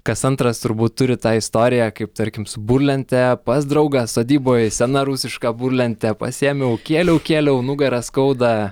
kas antras turbūt turi tą istoriją kaip tarkim su burlente pas draugą sodyboj sena rusiška burlente pasiėmiau kėliau kėliau nugarą skauda